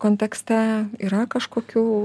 kontekste yra kažkokių